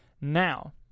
now